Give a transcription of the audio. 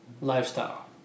Lifestyle